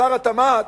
שר התמ"ת,